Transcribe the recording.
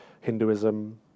Hinduism